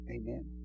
Amen